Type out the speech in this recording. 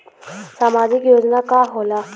सामाजिक योजना का होला?